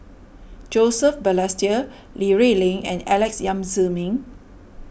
Joseph Balestier Li Rulin and Alex Yam Ziming